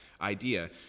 idea